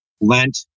lent